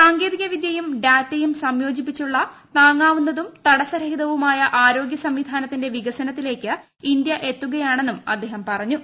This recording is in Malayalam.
സാങ്കേതിക വിദ്യയും ഡാറ്റയും സംയോജിപ്പിച്ചുള്ള താങ്ങാവുന്നതും തടസ്സ രഹിതവുമായ ആരോഗ്യ സംവിധാനത്തിന്റെ വികസനത്തിലേക്ക് ഇന്തൃ എത്തുകയാണെന്നും അദ്ദേഹം പറഞ്ഞു